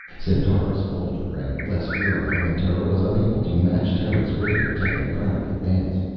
centaurus, older and less virile than terra, was unable to match terra's rate of technocratic advance.